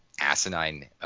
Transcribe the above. asinine